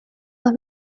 have